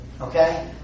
Okay